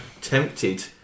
tempted